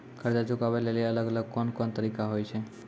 कर्जा चुकाबै लेली अलग अलग कोन कोन तरिका होय छै?